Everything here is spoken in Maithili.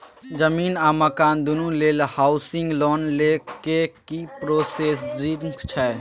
जमीन आ मकान दुनू लेल हॉउसिंग लोन लै के की प्रोसीजर छै?